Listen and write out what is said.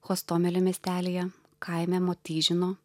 chostomelio miestelyje kaime motižino